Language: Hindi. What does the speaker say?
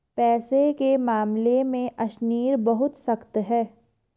पैसे के मामले में अशनीर बहुत सख्त है